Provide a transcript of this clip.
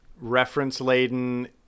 reference-laden